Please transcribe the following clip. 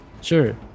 Sure